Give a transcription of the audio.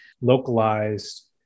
localized